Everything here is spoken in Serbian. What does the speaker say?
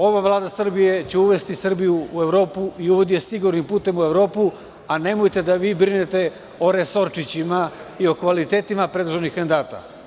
Ova Vlada Srbije će uvesti Srbiju u Evropu i uvodi je sigurnim putem u Evropu, a nemojte vi da brinete o resorčićima i o kvalitetima predloženih kandidata.